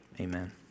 amen